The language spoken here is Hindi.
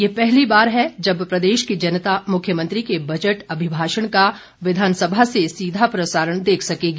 यह पहली बार है जब प्रदेश की जनता मुख्यमंत्री के बजट अभिभाषण का विधानसभा से सीधा प्रसारण देख सकेगी